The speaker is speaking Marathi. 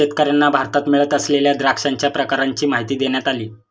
शेतकर्यांना भारतात मिळत असलेल्या द्राक्षांच्या प्रकारांची माहिती देण्यात आली